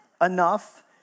enough